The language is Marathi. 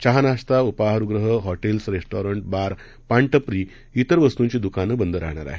चहा नाश्ता उपाहारगृहं हॉटेल्स रेस्टॉरंट बार पानटपरी तिर वस्तूंची दुकानं बंद राहणार आहेत